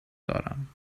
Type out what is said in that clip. دارم